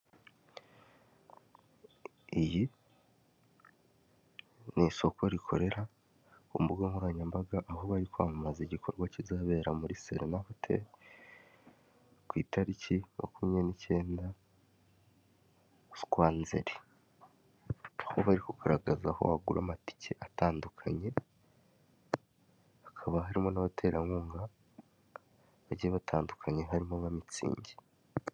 Iyi ni isoko rikorera ku mbugankoranyambaga aho bari kwamamaza igikorwa kizabera muri Serena hoteri, ku itari makumyabiri n'ikenda z'ukwa Nzeri. Aho bari kugaragaza aho wagura amatike agiye atandukanye hakaba harimo n'abaterankunga bagiye batandukanye harimo nka mitsingi.